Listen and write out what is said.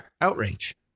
Outrage